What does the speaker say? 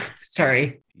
Sorry